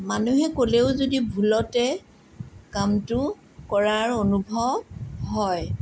মানুহে ক'লেও যদি ভুলতে কামটো কৰাৰ অনুভৱ হয়